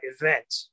event